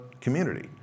community